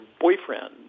boyfriend